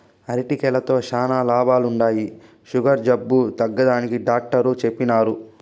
అరికెలతో శానా లాభాలుండాయి, సుగర్ జబ్బు తగ్గుతాదని డాట్టరు చెప్పిన్నారు